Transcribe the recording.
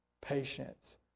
Patience